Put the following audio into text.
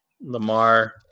Lamar